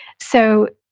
so,